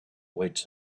awaits